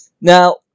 Now